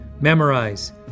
memorize